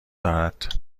دارد